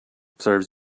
serves